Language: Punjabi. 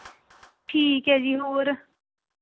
ਠੀਕ ਹੈ ਜੀ ਹੋਰ